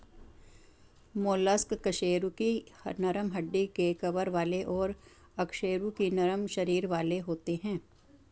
mollusc कशेरुकी नरम हड्डी के कवर वाले और अकशेरुकी नरम शरीर वाले होते हैं